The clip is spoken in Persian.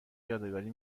یادگاری